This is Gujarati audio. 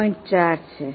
4 છે